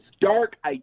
dark